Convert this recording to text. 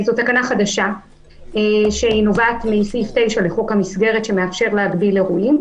זה תקנה חדשה שנובעת מסעיף 9 לחוק המסגרת שמאפשר להגדיל אירועים,